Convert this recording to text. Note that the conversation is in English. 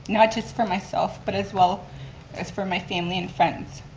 not just for myself, but as well as for my family and friends.